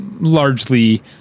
largely –